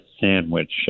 sandwich